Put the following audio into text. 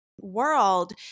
world